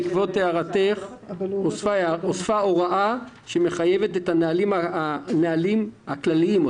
בעקבות הערתך הוספה הוראה שמחייבת את הנהלים הכלליים,